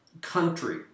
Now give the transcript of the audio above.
country